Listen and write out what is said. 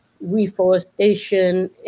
reforestation